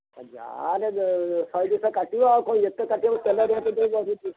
ଯାହା ହେଲେ ଶହେ ଦୁଇ ଶହ କାଟିବ ଆଉ କ'ଣ ଏତେ କାଟିବ ତେଲ ରେଟ୍ ଏବେ ବଢ଼ିଛି